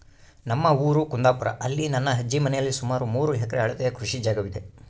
ನಮ್ಮ ಊರು ಕುಂದಾಪುರ, ಅಲ್ಲಿ ನನ್ನ ಅಜ್ಜಿ ಮನೆಯಲ್ಲಿ ಸುಮಾರು ಮೂರು ಎಕರೆ ಅಳತೆಯ ಕೃಷಿ ಜಾಗವಿದೆ